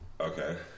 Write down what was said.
okay